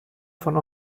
von